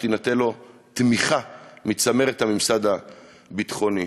שתינתן לו תמיכה מצמרת הממסד הביטחוני.